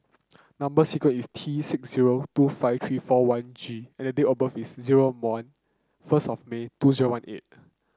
number sequence is T six zero two five three four one G and the date of birth is zero one first of May two zero one eight